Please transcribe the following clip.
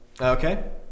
Okay